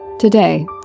Today